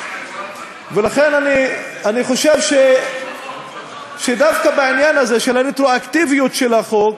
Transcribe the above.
ולכן אני חושב שדווקא בעניין הזה של הרטרואקטיביות של החוק,